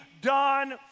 done